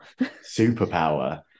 superpower